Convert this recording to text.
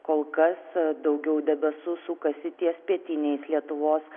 kol kas daugiau debesų sukasi ties pietiniais lietuvos